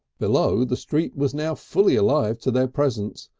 below, the street was now fully alive to their presence,